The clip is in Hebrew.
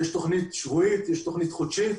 יש תוכנית שבועית, יש תוכנית חודשית.